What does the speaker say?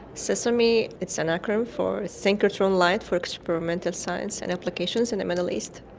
sesame, it's an acronym for synchrotron-light for experimental science and applications in the middle east.